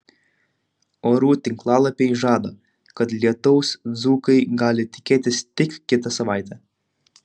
orų tinklalapiai žada kad lietaus dzūkai gali tikėtis tik kitą savaitę